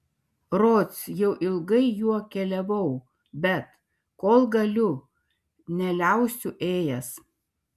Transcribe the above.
rods jau ilgai juo keliavau bet kol galiu neliausiu ėjęs